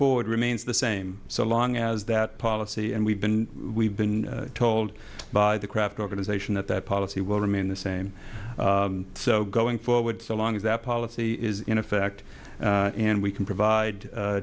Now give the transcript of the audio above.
forward remains the same so long as that policy and we've been we've been told by the craft organization that that policy will remain the same so going forward so long as that policy is in effect and we can provide